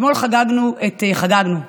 אתמול חגגנו,